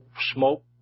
smoke